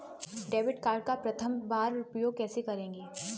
Debit card का प्रथम बार उपयोग कैसे करेंगे?